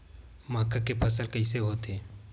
मक्का के फसल कइसे होथे?